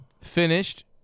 finished